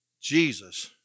Jesus